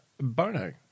Bono